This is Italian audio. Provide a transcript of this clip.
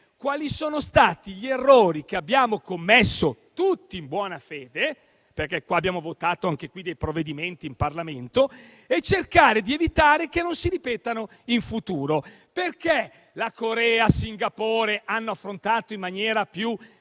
quali sono stati gli errori che abbiamo commesso, tutti in buona fede, avendo votato dei provvedimenti in Parlamento, e cercare di evitare che non si ripetano in futuro. Perché la Corea e Singapore hanno affrontato in maniera più